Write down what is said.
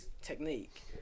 technique